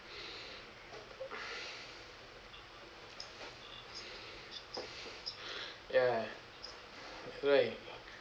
ya right